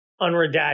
Unredacted